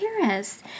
Paris